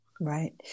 right